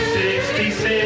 66